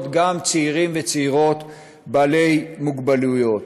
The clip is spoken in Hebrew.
גם צעירים וצעירות בעלי מוגבלויות.